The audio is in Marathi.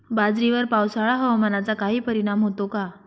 बाजरीवर पावसाळा हवामानाचा काही परिणाम होतो का?